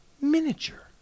miniature